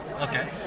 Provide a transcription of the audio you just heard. Okay